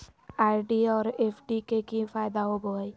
RD और FD के की फायदा होबो हइ?